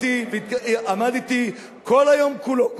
עמד אתי כל היום כולו,